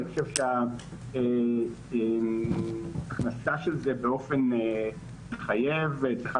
אני חושב שההכנסה של זה באופן מחייב צריכה